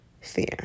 fear